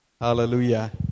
hallelujah